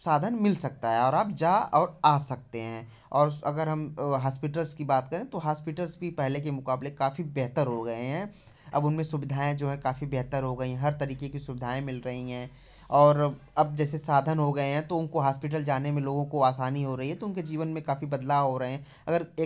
साधन मिल सकता है और आप जा और आ सकते हैं और अगर हम हास्पिटर्स की बात करे तो हास्पिटर्स भी पहले के मुकाबले काफ़ी बेहतर हो गए हैं अब उनमें सुविधाएँ जो हैं काफ़ी बेहतर हो गई हर तरीके की सुविधाए मिल रही हैं और अब अब जैसे साधन हो गए हैं तो उनको हास्पिटल जाने में लोगों को आसानी हो रही है तो उनके जीवन में काफ़ी बदलाव हो रहे हैं अगर एक